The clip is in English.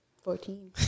Fourteen